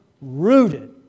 rooted